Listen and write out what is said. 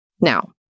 Now